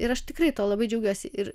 ir aš tikrai tuo labai džiaugiuosi ir